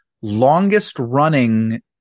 longest-running